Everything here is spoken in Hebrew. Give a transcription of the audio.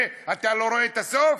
ואתה לא רואה את הסוף.